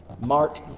Mark